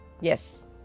Yes